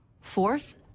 Fourth